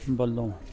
ਵੱਲੋਂ